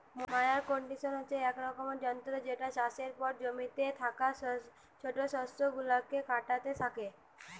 mower condition হচ্ছে এক রকমের যন্ত্র যেটা চাষের পর জমিতে থাকা ছোট শস্য গুলাকে কাটতে থাকে